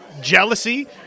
jealousy